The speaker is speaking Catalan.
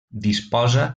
disposa